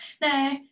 No